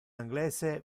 anglese